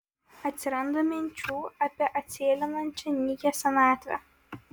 atsiranda minčių apie atsėlinančią nykią senatvę